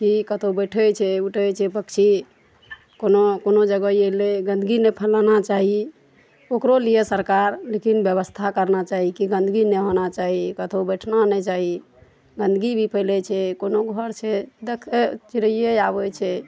की कतौ बैसै छै उठै छै पक्षी कोनो कोनो जगह ई अयलै गन्दगी नहि फैलेबाक चाही ओकरो लेल सरकार लेकिन व्यवस्था करबाक चाही कि गन्दगी नहि होयबाक चाही कतहु बैसबाक नहि चाही गन्दगी भी फैलै छै कोनो घर छै देखै चिड़ै आबै छै